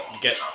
Get-